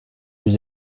yüz